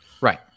Right